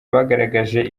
bagaragaje